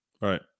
Right